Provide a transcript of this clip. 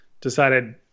decided